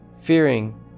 fearing